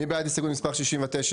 מי בעד הסתייגות מספר 69?